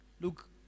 Look